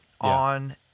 on